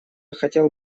хотел